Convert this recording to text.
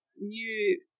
new